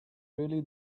really